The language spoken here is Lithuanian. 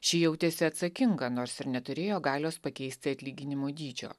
ši jautėsi atsakinga nors ir neturėjo galios pakeisti atlyginimų dydžio